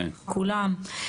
כולם.